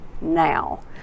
now